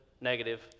negative